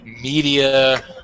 media